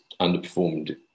underperformed